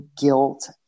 guilt